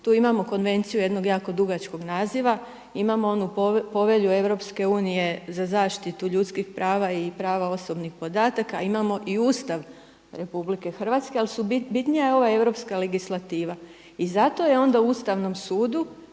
Tu imamo konvenciju jednog jako dugačkog naziva, imamo onu povelju EU za zaštitu ljudskih prava i prava osobnih podataka, imamo i Ustav RH ali bitnija je ova europska legislativa. I zato je onda ustavnom sudu